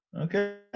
Okay